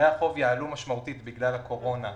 יעלו משמעותית בגלל הקורונה,